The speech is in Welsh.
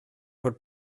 bod